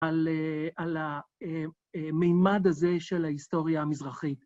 על המימד הזה של ההיסטוריה המזרחית.